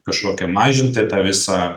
kažkokią mažinti tą visą